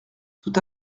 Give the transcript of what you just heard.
tout